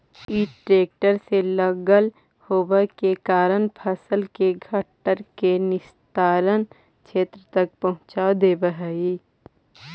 इ ट्रेक्टर से लगल होव के कारण फसल के घट्ठर के निस्तारण क्षेत्र तक पहुँचा देवऽ हई